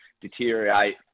deteriorate